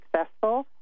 successful